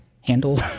handle